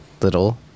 little